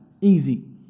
Easy